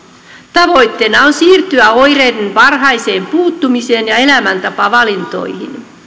tavoitteena on siirtyä oireiden varhaiseen puuttumiseen ja elämäntapavalintoihin